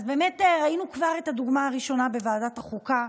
אז באמת ראינו כבר את הדוגמה הראשונה בוועדת החוקה,